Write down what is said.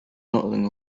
nothing